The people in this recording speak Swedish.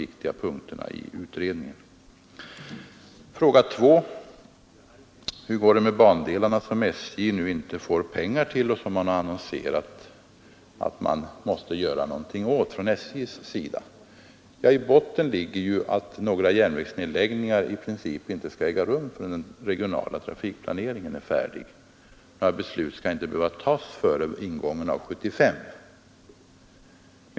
Fråga nr 2 gällde hur det skulle gå för de bandelar, till vilka SJ nu säger sig inte få pengar och som det annonserats att man måste göra något åt från SJ:s sida. I botten ligger att några järnvägsnedläggningar i princip inte skall äga rum förrän den regionala trafikplaneringen är färdig. Några beslut skall inte behöva fattas före ingången av 1975.